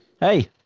Hey